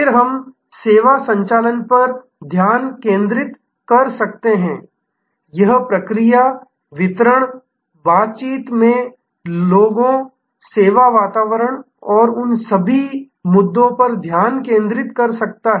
फिर हम सेवा संचालन पर ध्यान केंद्रित कर सकते हैं यह प्रक्रिया वितरण बातचीत में लोगों सेवा वातावरण और उन सभी मुद्दों पर ध्यान केंद्रित कर सकता है